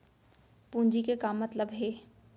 पूंजी के का मतलब हे?